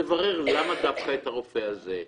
תברר למה דווקא את הרופא הזה,